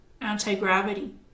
anti-gravity